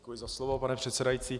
Děkuji za slovo, pane předsedající.